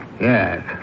yes